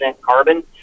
carbon